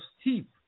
steep